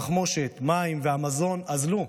התחמושת, המים והמזון אזלו,